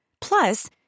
Plus